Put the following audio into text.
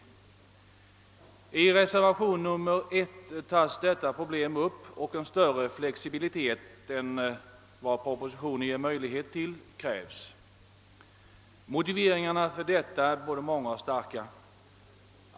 I reservationen 1 tas detta problem upp och en större flexibilitet än vad propositionens förslag ger möjlighet till krävs. Motiven härför är både många och starka.